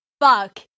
fuck